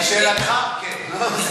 לשאלתך, כן.